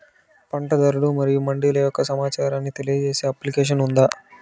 పంట ధరలు మరియు మండీల యొక్క సమాచారాన్ని తెలియజేసే అప్లికేషన్ ఉందా?